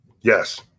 Yes